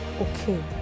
Okay